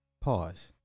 Pause